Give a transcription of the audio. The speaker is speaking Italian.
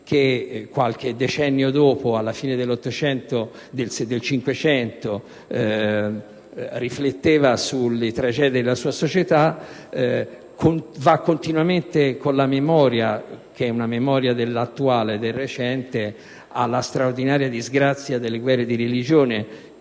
che qualche decennio dopo, alla fine del '500, rifletteva sulle tragedie della sua società, va continuamente con la memoria - che è poi quella dell'attuale, del recente - alla straordinaria disgrazia delle guerre di religione,